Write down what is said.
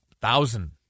thousand